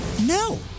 No